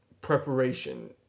preparation